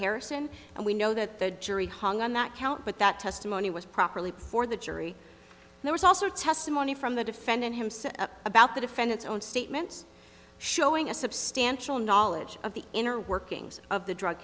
harrison and we know that the jury hung on that count but that testimony was properly before the jury there was also testimony from the defendant himself about the defendant's own statements showing a substantial knowledge of the inner workings of the drug